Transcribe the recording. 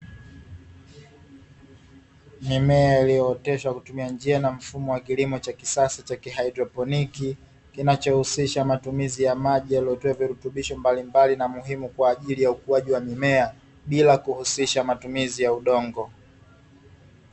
Mimea iliyooteshwa kwa kutumia njia na mfumo wa kilimo cha kisasa cha kihaidroponi, kinachohusisha matumizi ya maji yaliyotiwa virutubisho mbalimbali na muhimu kwa ajili ya ukuaji wa mimea bila kuhusisha matumizi ya udongo.